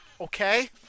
okay